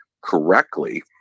correctly